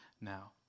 now